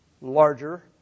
larger